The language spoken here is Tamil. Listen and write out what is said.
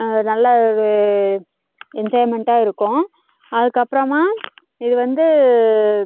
நல்ல ஒரு என்ஜாய்மெண்ட்டாக இருக்கும் அதுக்கப்புறமா இது வந்து